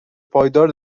پایدار